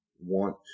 want